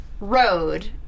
road